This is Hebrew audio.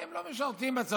כי הם לא משרתים בצבא.